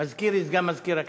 מזכיר לי סגן מזכירת הכנסת,